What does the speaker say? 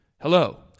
Hello